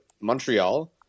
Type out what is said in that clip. Montreal